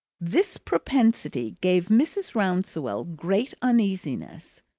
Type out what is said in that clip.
this propensity gave mrs. rouncewell great uneasiness.